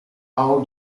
all